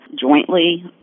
jointly